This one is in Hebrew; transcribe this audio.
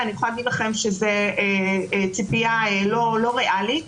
אני יכולה להגיד לכם שזו ציפייה לא ריאלית.